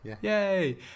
Yay